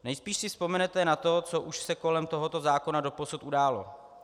Nejspíš si vzpomenete na to, co už se kolem tohoto zákona doposud událo.